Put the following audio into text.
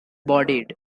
bodied